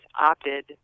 opted